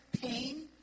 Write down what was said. pain